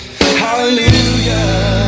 Hallelujah